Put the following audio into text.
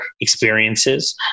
experiences